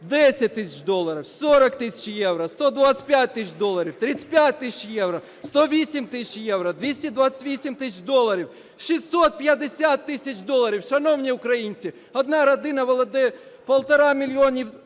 10 тисяч доларів, 40 тисяч євро, 125 тисяч доларів, 35 тисяч євро, 108 тисяч євро, 228 тисяч доларів, 650 тисяч доларів. Шановні українці, одна родина володіє 1,5 мільйона